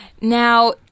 Now